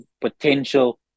potential